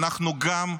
אנחנו גם,